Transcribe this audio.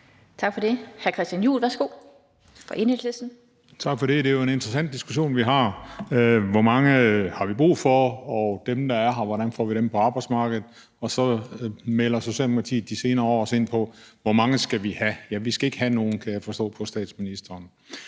Værsgo. Kl. 14:21 Christian Juhl (EL): Tak for det. Det er jo en interessant diskussion, vi har. Hvor mange har vi brug for, og hvordan får vi dem, der er her, på arbejdsmarkedet? Og så melder Socialdemokratiet de senere år også ind på, hvor mange vi skal have. Ja, vi skal ikke have nogen, kan jeg forstå på statsministeren.